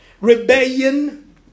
rebellion